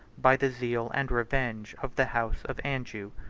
by the zeal and revenge of the house of anjou.